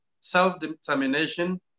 self-determination